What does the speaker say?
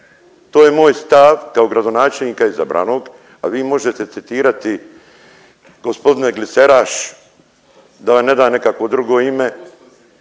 To je moj stav kao gradonačelnika izabranog, a vi možete citirati gospodine gliseraš da vam ne dam nekakvo drugo ime.